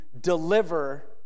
deliver